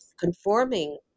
conforming